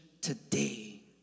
today